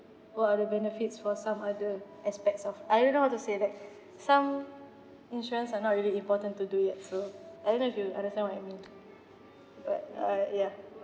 what are the benefits for some other aspects of I don't know how to say that some insurance are not really important to do it so I don't know if you understand what you mean but uh ya